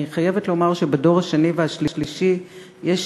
אני חייבת לומר שבדור השני והשלישי יש